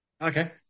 Okay